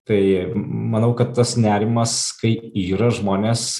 tai manau kad tas nerimas kai yra žmonės